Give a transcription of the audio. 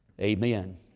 amen